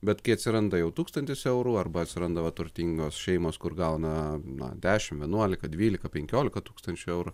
bet kai atsiranda jau tūkstantis eurų arba atsiranda va turtingos šeimos kur gauna na dešimt vienuolika dvylika penkiolika tūkstančių eurų